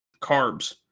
carbs